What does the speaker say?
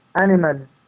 animals